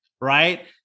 Right